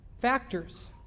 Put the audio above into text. factors